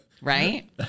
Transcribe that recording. right